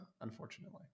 Unfortunately